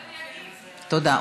תודה.